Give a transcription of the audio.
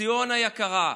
ציונה יקרה,